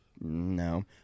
No